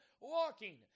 walking